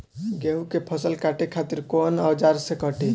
गेहूं के फसल काटे खातिर कोवन औजार से कटी?